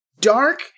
Dark